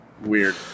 Weird